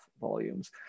volumes